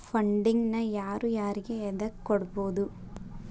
Funding ನ ಯಾರು ಯಾರಿಗೆ ಎದಕ್ಕ್ ಕೊಡ್ಬೊದು?